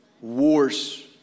wars